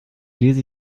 lese